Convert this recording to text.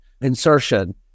insertion